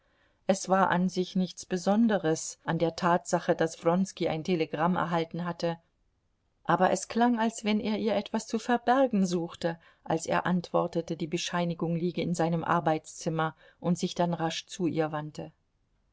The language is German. es war an sich nichts besonderes an der tatsache daß wronski ein telegramm erhalten hatte aber es klang als wenn er ihr etwas zu verbergen suchte als er antwortete die bescheinigung liege in seinem arbeitszimmer und sich dann rasch zu ihr wandte